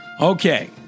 Okay